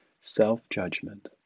self-judgment